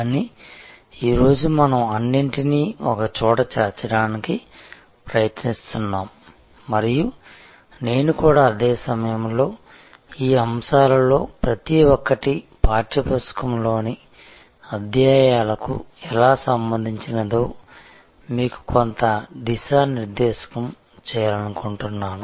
కానీ ఈ రోజు మనం అన్నింటినీ ఒకచోట చేర్చడానికి ప్రయత్నిస్తున్నాము మరియు నేను కూడా అదే సమయంలో ఈ అంశాలలో ప్రతి ఒక్కటి పాఠ్యపుస్తకంలోని అధ్యాయాలకు ఎలా సంబంధించినదో మీకు కొంత దిశానిర్దేశం చేయాలనుకుంటున్నాను